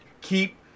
keep